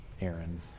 Aaron